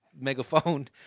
megaphone